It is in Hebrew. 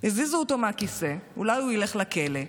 הזיזו אותו מהכיסא, אולי הוא ילך לכלא.